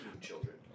children